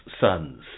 sons